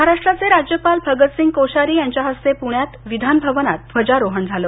महाराष्ट्राचे राज्यपाल भगतसिंग कोश्यारी यांच्या हस्ते पुण्यात विधानभवनात ध्वजारोहण झालं